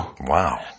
Wow